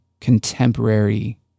contemporary